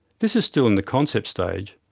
this is still in the concept stage,